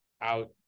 out